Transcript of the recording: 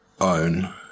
own